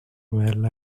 well